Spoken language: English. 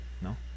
No